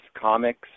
comics